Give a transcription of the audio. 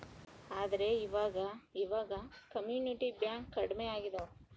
ಆದ್ರೆ ಈವಾಗ ಇವಾಗ ಕಮ್ಯುನಿಟಿ ಬ್ಯಾಂಕ್ ಕಡ್ಮೆ ಆಗ್ತಿದವ